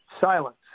silence